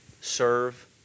serve